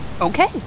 Okay